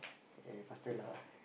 eh faster lah